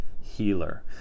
healer